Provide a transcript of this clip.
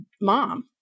mom